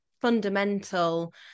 fundamental